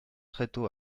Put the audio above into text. tréteaux